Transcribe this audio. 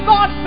God